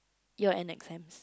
year end exams